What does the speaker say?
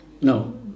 No